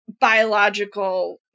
biological